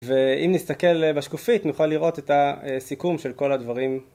ואם נסתכל בשקופית, נוכל לראות את הסיכום של כל הדברים.